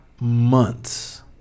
months